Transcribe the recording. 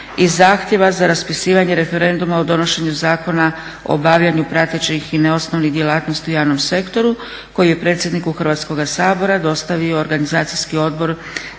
i zahtjeva za raspisivanje referenduma o donošenju Zakona o obavljanju pratećih i neosnovnih djelatnosti u javnom sektoru koji je predsjedniku Hrvatskoga sabora dostavio Organizacijski odbor